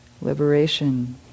liberation